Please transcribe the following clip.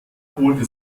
holte